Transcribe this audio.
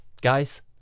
guys